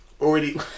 already